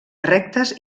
rectes